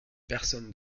personnes